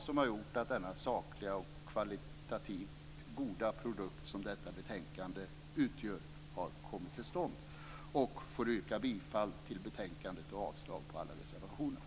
Den har gjort att denna sakliga och kvalitativt goda produkt som detta betänkande utgör har kommit till stånd. Jag yrkar på godkännande av utskottets anmälan i betänkandet och avslag på alla reservationer.